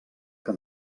que